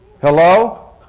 Hello